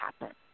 happen